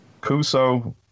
Cuso